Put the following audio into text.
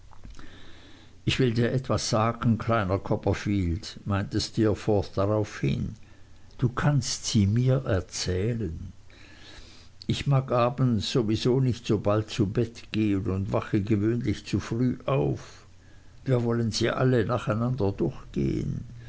ich will dir etwas sagen kleiner copperfield meinte steerforth daraufhin du kannst sie mir erzählen ich mag abends sowieso nicht so bald zu bett gehen und wache gewöhnlich zu früh auf wir wollen sie alle nacheinander durchgehen